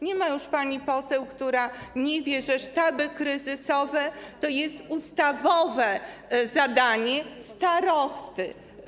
Nie ma już pani poseł, która nie wie, że sztaby kryzysowe to ustawowe zadanie starosty.